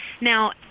Now